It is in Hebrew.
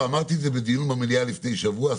ואמרתי את זה בדיון במליאה לפני שבוע,